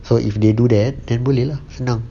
so if they do that then boleh lah senang